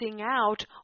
out